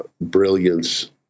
brilliance